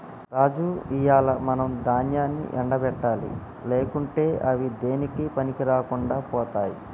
రాజు ఇయ్యాల మనం దాన్యాన్ని ఎండ పెట్టాలి లేకుంటే అవి దేనికీ పనికిరాకుండా పోతాయి